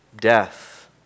Death